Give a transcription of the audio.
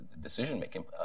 decision-making